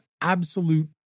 absolute